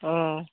অঁ